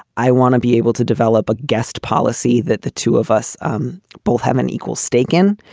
i want to be able to develop a guest policy that the two of us um both have an equal stake in.